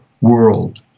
world